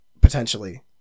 potentially